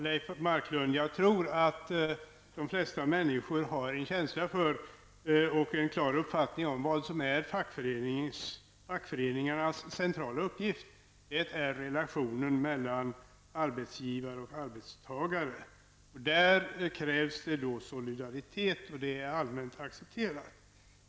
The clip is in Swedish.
Herr talman! Jag tror, Leif Marklund, att de flesta människor har en känsla för och en klar uppfattning om vad som är fackföreningarnas centrala uppgift. Det är att sköta relationerna mellan arbetsgivare och arbetstagare. Där krävs solidaritet, det är allmänt accepterat.